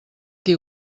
qui